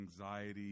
anxiety